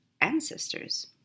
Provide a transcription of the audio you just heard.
ancestors